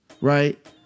right